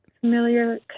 familiar